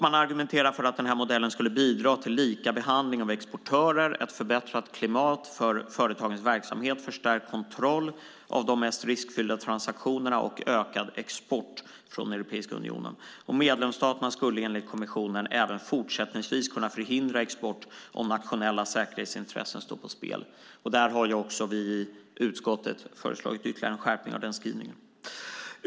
Man argumenterar dessutom för att den här modellen skulle bidra till lika behandling av exportörer, ett förbättrat klimat för företagens verksamhet, förstärkt kontroll av de mest riskfyllda transaktionerna och en ökad export från Europeiska unionen. Medlemsstaterna skulle, enligt kommissionen, även fortsättningsvis kunna förhindra export om nationella säkerhetsintressen står på spel. Av den skrivningen har också vi i utskottet föreslagit ytterligare en skärpning.